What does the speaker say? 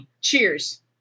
Cheers